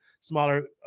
smaller